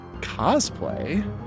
cosplay